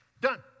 done